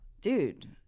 dude